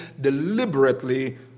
deliberately